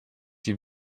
die